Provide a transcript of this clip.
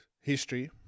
history